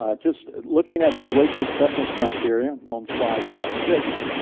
ah just looking at the waste acceptance criteria on slide six,